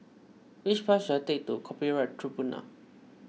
which bus should I take to Copyright Tribunal